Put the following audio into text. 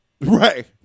Right